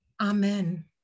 Amen